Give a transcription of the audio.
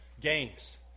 games